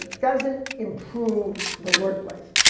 doesn't improve the workplace.